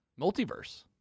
multiverse